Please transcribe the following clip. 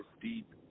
deep